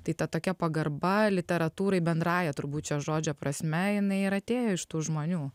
tai ta tokia pagarba literatūrai bendrąja turbūt šio žodžio prasme jinai ir atėjo iš tų žmonių